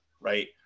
right